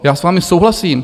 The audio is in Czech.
Já s vámi souhlasím.